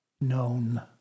known